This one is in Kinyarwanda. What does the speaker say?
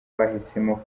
bahisemo